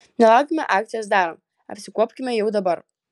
nelaukime akcijos darom apsikuopkime jau dabar